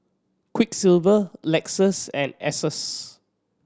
Quiksilver Lexus and Asos